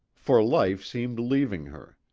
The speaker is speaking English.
for life seemed leaving her.